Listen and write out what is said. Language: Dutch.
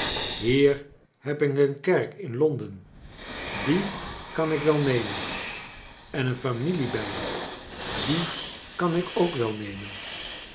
hier heb ik een kerk in louden die kan ik wel nemen en een familiebijbel dien kan ik ook wel nemen